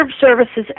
services